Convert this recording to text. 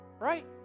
right